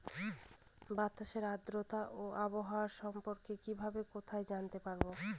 বাতাসের আর্দ্রতা ও আবহাওয়া সম্পর্কে কিভাবে কোথায় জানতে পারবো?